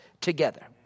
together